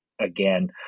again